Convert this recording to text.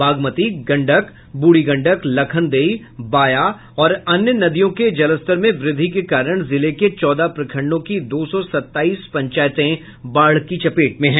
बागमती गंडक बूढ़ी गंडक लखनदेई बाया और अन्य नदियों के जलस्तर में वृद्धि के कारण जिले के चौदह प्रखंडों की दो सौ सत्ताईस पंचायतें बाढ़ की चपेट में हैं